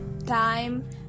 Time